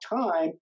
time